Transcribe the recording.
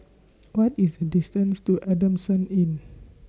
What IS The distance to Adamson Inn